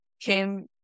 came